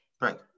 Right